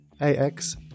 AX